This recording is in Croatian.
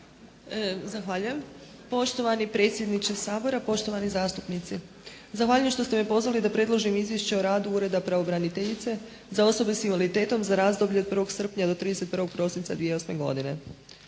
Zahvaljujem. Poštovani predsjedniče Sabora, poštovani zastupnici. Zahvaljujem što ste me pozvali da predložim izvješće o radu Ureda pravobraniteljice za osobe sa invaliditetom za razdoblje od 1. srpnja do 31. prosinca 2008. godine.